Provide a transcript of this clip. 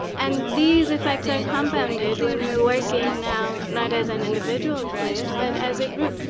and these effects are compounded when we're working now not as an individual player but as a group.